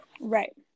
right